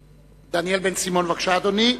חבר הכנסת דניאל בן-סימון, בבקשה, אדוני.